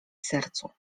sercu